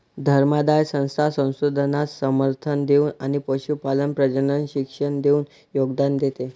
धर्मादाय संस्था संशोधनास समर्थन देऊन आणि पशुपालन प्रजनन शिक्षण देऊन योगदान देते